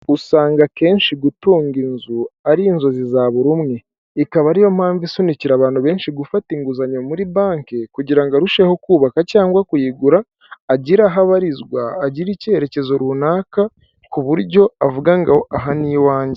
Usanga akenshi gutunga inzu, ari inzozi za buri umwe. Ikaba ariyo mpamvu isunikira abantu benshi gufata inguzanyo muri banke, kugira ngo arusheho kubaka, cyangwa kuyigura, agire aho abarizwa agire icyerekezo runaka, ku buryo avuga ngo aha ni iwange.